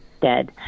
dead